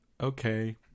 okay